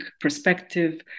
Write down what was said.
perspective